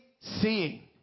seeing